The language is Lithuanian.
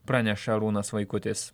praneša arūnas vaikutis